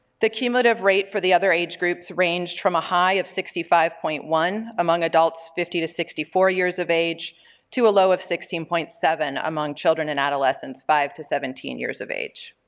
the cumulative rate for the other age groups ranged from a high of sixty five point one among adults fifty to sixty four years of age to a low of sixteen point seven among children and adolescents five to seventeen years of age.